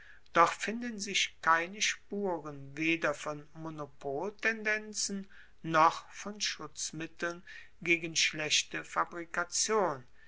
doch finden sich keine spuren weder von monopoltendenzen noch von schutzmitteln gegen schlechte fabrikation